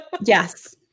yes